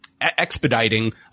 expediting